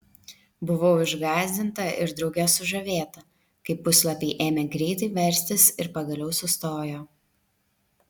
buvau išgąsdinta ir drauge sužavėta kai puslapiai ėmė greitai verstis ir pagaliau sustojo